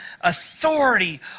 authority